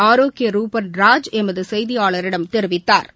ஆரோக்கிய ரூபன் ராஜ் எமதுசெய்தியாளரிடம் தெரிவித்தாா்